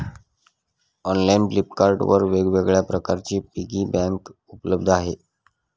online Flipkart वर वेगवेगळ्या प्रकारचे पिगी बँक उपलब्ध आहेत